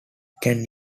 can